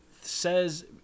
says